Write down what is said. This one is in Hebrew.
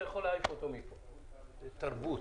שלום.